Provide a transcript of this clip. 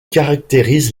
caractérise